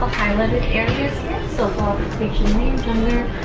high level characters so taking names in there